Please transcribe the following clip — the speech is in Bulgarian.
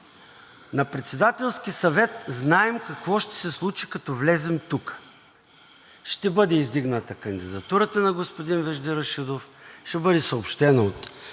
На Председателския съвет знаем какво ще се случи, като влезем тук – ще бъде издигната кандидатурата на господин Вежди Рашидов, ще бъде съобщено,